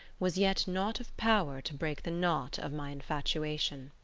was yet not of power to break the knot of my infatuation.